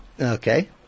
Okay